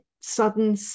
sudden